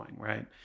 right